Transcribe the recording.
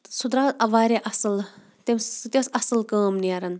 تہٕ سُہ درٛاو ٲں واریاہ اصٕل تَمہِ سۭتۍ ٲس اصٕل کٲم نیران